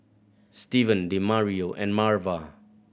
Steven Demario and Marva